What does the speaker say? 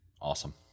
Awesome